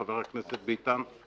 חבר הכנסת ביטן,